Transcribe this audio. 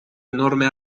enorme